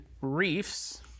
reefs